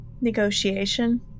Negotiation